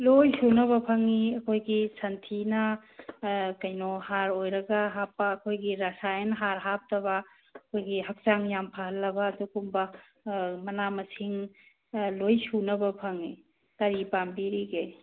ꯂꯣꯏ ꯁꯨꯅꯕ ꯐꯪꯉꯤ ꯑꯩꯈꯣꯏꯒꯤ ꯁꯟꯊꯤꯅ ꯀꯩꯅꯣ ꯍꯥꯔ ꯑꯣꯏꯔꯒ ꯍꯥꯞꯄ ꯑꯩꯈꯣꯏꯒꯤ ꯔꯁꯥꯏꯌꯟ ꯍꯥꯔ ꯍꯥꯞꯇꯕ ꯑꯩꯈꯣꯏꯒꯤ ꯍꯛꯆꯥꯡ ꯌꯥꯝ ꯐꯍꯜꯂꯕ ꯑꯗꯨꯒꯨꯝꯕ ꯃꯅꯥ ꯃꯁꯤꯡ ꯂꯣꯏ ꯁꯨꯅꯕ ꯐꯪꯉꯤ ꯀꯔꯤ ꯄꯥꯝꯕꯤꯔꯤꯒꯦ